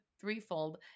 threefold